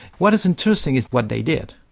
what is interesting is what they did.